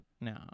No